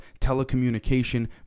telecommunication